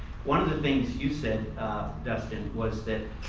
one of the things you said dustin, was that